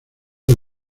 del